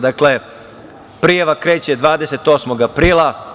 Dakle, prijava kreće 28. aprila.